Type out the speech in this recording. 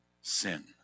sin